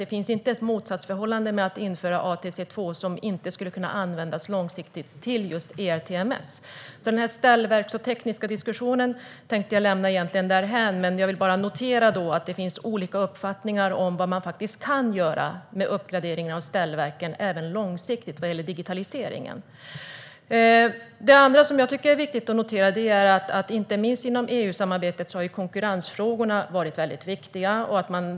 Det finns inte ett motsatsförhållande när det gäller att införa ATC 2, som inte skulle kunna användas långsiktigt till just ERTMS. Den här ställverks och teknikdiskussionen tänkte jag lämna därhän men vill bara notera att det finns olika uppfattningar om vad man faktiskt kan göra med uppgraderingar av ställverken även långsiktigt vad gäller digitaliseringen. En annan sak som jag tycker är viktig att notera är att inte minst inom EU-samarbetet har konkurrensfrågorna varit mycket viktiga.